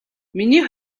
миний